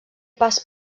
pas